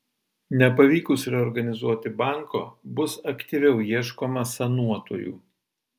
nepavykus reorganizuoti banko bus aktyviau ieškoma sanuotojų